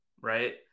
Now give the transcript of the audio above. Right